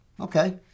Okay